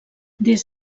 des